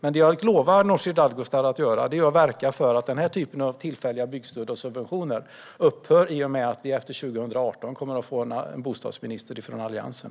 Det jag lovar Nooshi Dadgostar att göra är att verka för att den här typen av tillfälliga byggstöd och subventioner upphör i och med att vi 2018 kommer att få en bostadsminister från Alliansen.